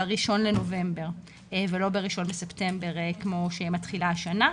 בראשון לנובמבר ולא בראשון בספטמבר כמו שמתחילה השנה.